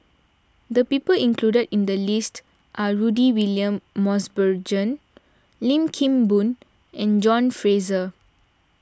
the people included in the list are Rudy William Mosbergen Lim Kim Boon and John Fraser